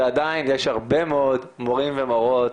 ועדיין יש הרבה מאוד מורים ומורות,